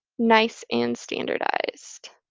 nice and standardized.